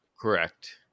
Correct